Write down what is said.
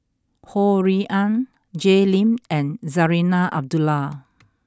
Ho Rui An Jay Lim and Zarinah Abdullah